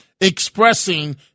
expressing